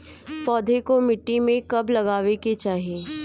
पौधे को मिट्टी में कब लगावे के चाही?